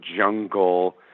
jungle